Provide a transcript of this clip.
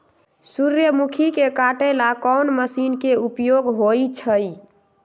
सूर्यमुखी के काटे ला कोंन मशीन के उपयोग होई छइ?